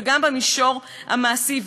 וגם במישור המעשי.